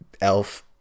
elf